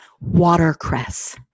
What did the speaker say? watercress